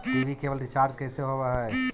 TV केवल recharge कैसे होब हइ?